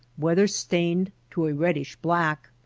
weather-stained to a reddish-black.